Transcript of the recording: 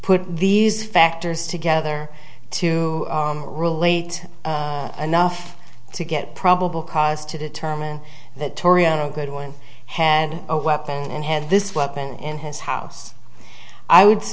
put these factors together to relate enough to get probable cause to determine that torian a good one had a weapon and had this weapon in his house i would s